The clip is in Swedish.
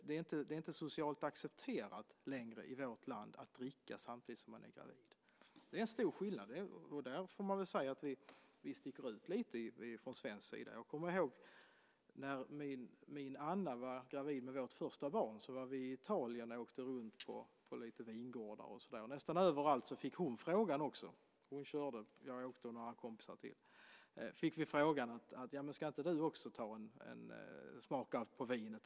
Det är inte längre socialt accepterat i vårt land att dricka samtidigt som man är gravid. Det är en stor skillnad, och där får man väl säga att vi sticker ut lite från svensk sida. När min Anna var gravid med vårt första barn var vi i Italien med några kompisar och åkte runt på olika vingårdar. Nästan överallt fick hon frågan: Ska inte du också smaka på vinet?